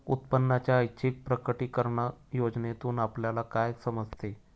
उत्पन्नाच्या ऐच्छिक प्रकटीकरण योजनेतून आपल्याला काय समजते?